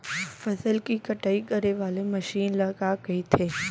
फसल की कटाई करे वाले मशीन ल का कइथे?